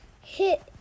hit